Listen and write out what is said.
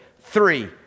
three